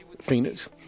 Phoenix